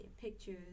pictures